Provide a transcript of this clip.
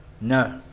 No